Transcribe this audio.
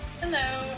Hello